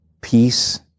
peace